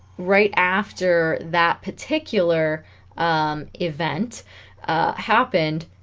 right after that particular event happened